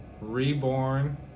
Reborn